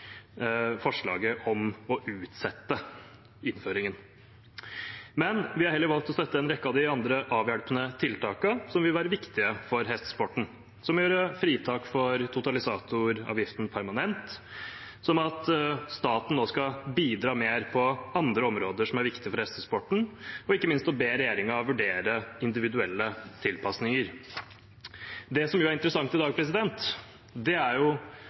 forslaget om å utsette innføringen. Vi har heller valgt å støtte en rekke av de andre avhjelpende tiltakene, som vil være viktige for hestesporten, som å gjøre fritaket for totalisatoravgiften permanent, at staten nå skal bidra mer på andre områder som er viktige for hestesporten, ikke minst å be regjeringen vurdere individuelle tilpassinger. Det som er interessant i dag,